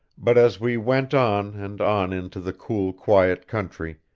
but as we went on and on into the cool, quiet country,